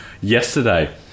yesterday